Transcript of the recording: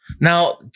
Now